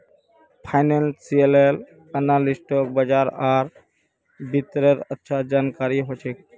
financial एनालिस्टक बाजार आर वित्तेर अच्छा जानकारी ह छेक